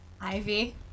Ivy